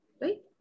Right